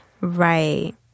Right